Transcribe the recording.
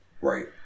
Right